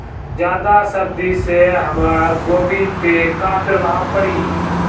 ज्यादा सर्दी से हमार गोभी पे का प्रभाव पड़ी?